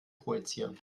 projizieren